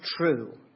true